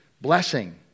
blessing